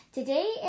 Today